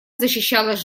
защищалась